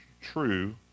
true